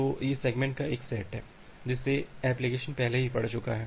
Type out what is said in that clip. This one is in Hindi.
तो ये सेगमेंट का एक सेट है जिसे एप्लिकेशन पहले ही पढ़ चुका है